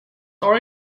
are